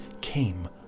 came